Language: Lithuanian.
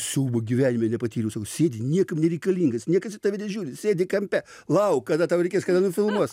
siaubo gyvenime nepatyriau sako sėdi niekam nereikalingas niekas į tave nežiūri sėdi kampe lauk kada tau reikės kada nufilmuos